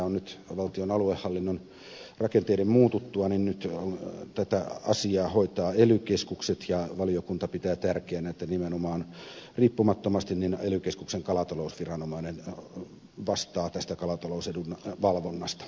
nythän valtion aluehallinnon rakenteiden muututtua tätä asiaa hoitavat ely keskukset ja valiokunta pitää tärkeänä että riippumattomasti ely keskuksen kalatalousviranomainen vastaa tästä kalatalousedun valvonnasta